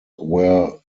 were